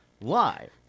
live